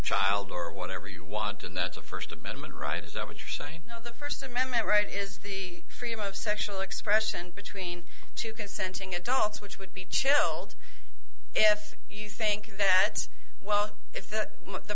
child or whatever you want and that's a first amendment right is so much saying no the first amendment right is the freedom of sexual expression between two consenting adults which would be chilled if you think that well if the